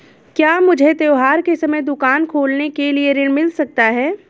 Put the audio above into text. क्या मुझे त्योहार के समय दुकान खोलने के लिए ऋण मिल सकता है?